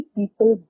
people